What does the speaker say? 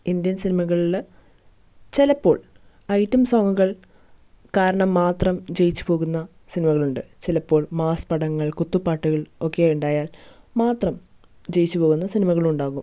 Indian സിനിമകളിൽ ചിലപ്പോൾ ഐറ്റംസോങ്ങുകൾ കാരണം മാത്രം ജയിച്ചുപോകുന്ന സിനിമകളുണ്ട് ചിലപ്പോൾ മാസ്സ് പടങ്ങൾ കുത്തു പാട്ടുകൾ ഒക്കെ ഉണ്ടായാൽ മാത്രം ജയിച്ചു പോകുന്ന സിനിമകളും ഉണ്ടാകും